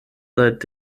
seit